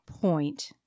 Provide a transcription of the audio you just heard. point